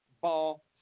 ball